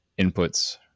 inputs